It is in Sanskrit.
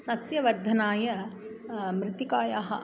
सस्यवर्धनाय मृत्तिकायाः